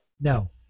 No